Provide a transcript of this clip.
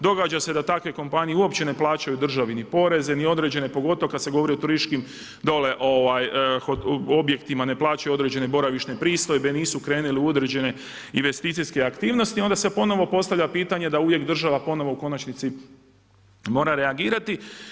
Događa se da takve kompanije uopće ne plaćaju državi ni poreze, ni određene pogotovo kad se govori o turističkim dole objektima, ne plaćaju određene boravišne pristojbe, nisu krenuli u određene investicijske aktivnosti, onda se ponovo postavlja pitanje da uvijek država ponovo u konačnici mora reagirati.